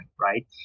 Right